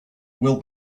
will